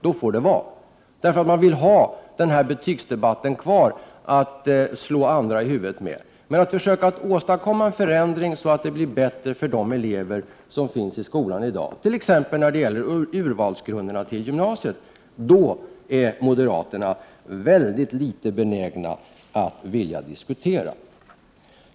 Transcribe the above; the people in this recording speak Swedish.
Då får det vara, eftersom moderaterna vill ha betygsfrågan kvar att slå andra i huvudet med. Men när det gäller att försöka åstadkomma en förändring så att det blir bättre för de elever som finns i skolan i dag, t.ex. i fråga om grunderna för urval till gymnasiet, då är moderaterna mycket litet benägna att vilja diskutera.